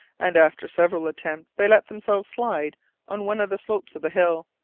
and after several attempts they let themselves slide on one of the slopes of the hill.